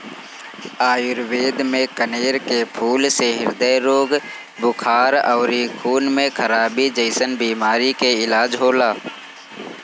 आयुर्वेद में कनेर के फूल से ह्रदय रोग, बुखार अउरी खून में खराबी जइसन बीमारी के इलाज होला